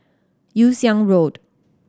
Yew Siang Road